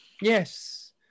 Yes